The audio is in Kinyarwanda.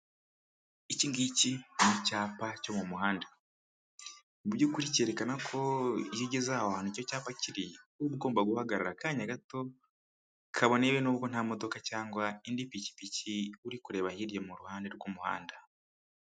Iki ngiki ni icyapa cyo mu muhanda, mu by'ukuri cyerekana ko iyo ugeze aho hantu icyo cyapa kiri, uba ugomba guhagarara akanya gato, kabone yewe n'ubwo nta modoka cyangwa indi pikipiki uri kureba hirya mu ruhande rw'umuhanda.